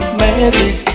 magic